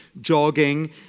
jogging